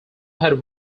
had